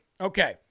Okay